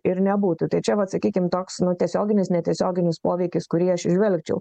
ir nebūtų tai čia vat sakykim toks nu tiesioginis netiesioginis poveikis kurį aš įžvelgčiau